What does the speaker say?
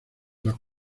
los